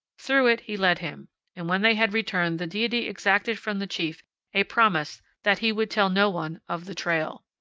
through it he led him and when they had returned the deity exacted from the chief a promise that he would tell no one of the trail.